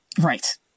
Right